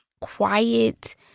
quiet